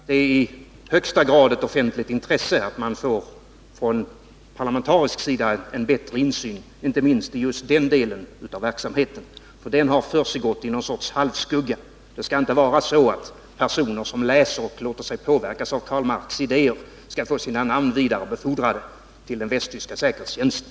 Herr talman! Jag vill bara tillägga att det i högsta grad är ett offentligt intresse att man från parlamentarisk sida får en bättre insyn, inte minst i just den delen av verksamheten. Den har försiggått i någon sorts halvskugga. Det skall inte vara så, att personer som läser och låter sig påverkas av Karl Marx idéer skall få sina namn vidarebefordrade till den västtyska säkerhetstjänsten.